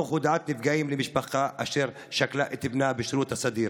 תוך הודעה על נפגעים למשפחה אשר שכלה את בנה בשירות הסדיר.